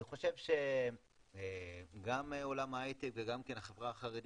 אני חושב שגם עולם ההייטק וגם כן החברה החרדית